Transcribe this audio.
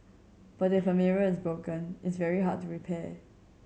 but if a mirror is broken it's very hard to repair